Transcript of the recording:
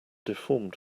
deformed